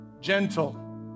gentle